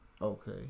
Okay